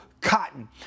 cotton